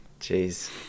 Jeez